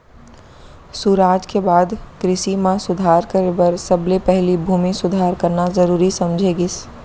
सुराज के बाद कृसि म सुधार करे बर सबले पहिली भूमि सुधार करना जरूरी समझे गिस